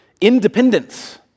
independence